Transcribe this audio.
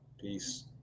Peace